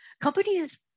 companies